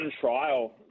trial